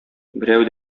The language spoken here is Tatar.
берәү